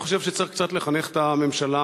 אני חושב שצריך קצת לחנך את הממשלה,